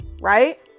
right